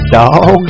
dog